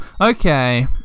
Okay